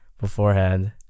beforehand